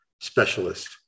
specialist